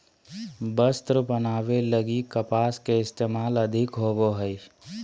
वस्त्र बनावे लगी कपास के इस्तेमाल अधिक होवो हय